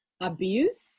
abuse